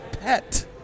pet